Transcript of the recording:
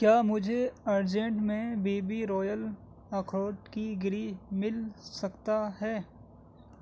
کیا مجھے ارجنٹ میں بی بی رویل اخروٹ کی گری مِل سکتا ہے